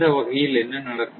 இந்த வகையில் என்ன நடக்கும்